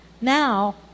Now